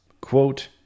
Quote